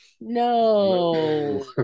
No